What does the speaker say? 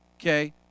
Okay